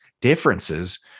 differences